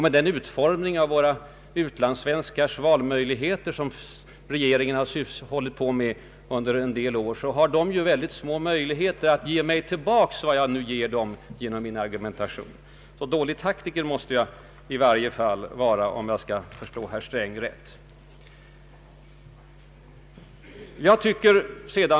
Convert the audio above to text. Med den utformning av utlandssvenskarnas möjligheter att utöva rösträtt som vår regering genomfört efter åtskilliga års utredningar, har dessa människor mycket små möjligheter att politiskt återgälda vad jag nu eventuellt kan åstadkomma genom min argumentation. Dålig taktiker måste jag alltså vara, om jag förstått herr Sträng rätt.